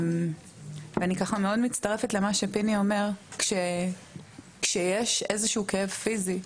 אני מאוד מצטרפת לדבריו של פיני שכשיש איזשהו כאב פיזי,